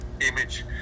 image